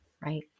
Right